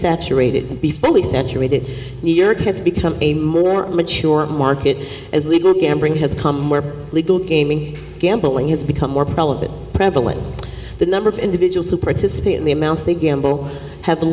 saturated and be fully saturated new york has become a more mature market as legal gambling has come where illegal gaming gambling has become more probable prevalent the number of individuals who participate in the amounts they gamble ha